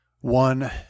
one